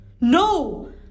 No